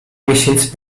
miesięcy